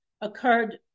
occurred